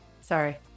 sorry